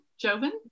Jovan